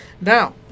Now